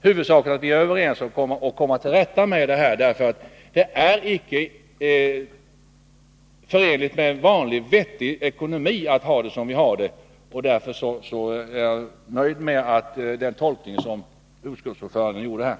Huvudsaken är att vi kommer till rätta med det här; det är icke förenligt med vanlig vettig ekonomi att ha det som vi har det. Därför är jag nöjd med den tolkning som utskottets ordförande här gjorde.